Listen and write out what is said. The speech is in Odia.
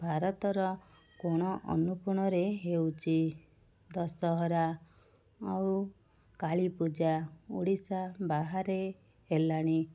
ଭାରତର କୋଣ ଅନୁକୋଣରେ ହେଉଛି ଦଶହରା ଆଉ କାଳୀପୂଜା ଓଡ଼ିଶା ବାହାରେ ହେଲାଣି